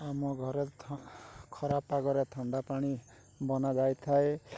ଆମ ଘରେ ଖରା ପାଗରେ ଥଣ୍ଡା ପାଣି ବନାଯାଇଥାଏ